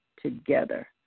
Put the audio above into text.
together